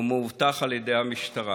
והוא מאובטח על ידי המשטרה.